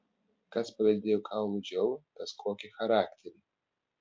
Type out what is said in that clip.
kas paveldėjo kaulų džiovą kas kokį charakterį